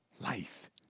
life